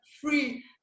free